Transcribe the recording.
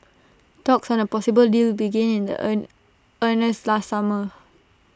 talks on A possible deal began in the earn earnest last summer